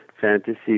fantasy